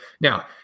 Now